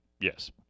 yes